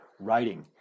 writing